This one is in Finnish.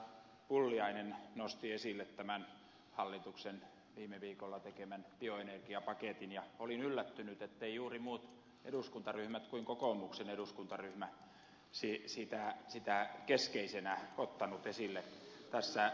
pulliainen nosti esille tämän hallituksen viime viikolla tekemän bioenergiapaketin ja olin yllättynyt etteivät juuri muut eduskuntaryhmät kuin kokoomuksen eduskuntaryhmä sitä keskeisenä ottaneet esille ryhmäpuheenvuoroissa